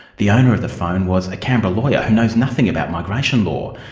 the owner of the phone was a canberra lawyer who knows nothing about migration law,